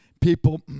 people